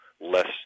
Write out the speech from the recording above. less